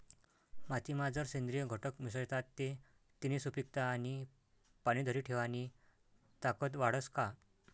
मातीमा जर सेंद्रिय घटक मिसळतात ते तिनी सुपीकता आणि पाणी धरी ठेवानी ताकद वाढस का?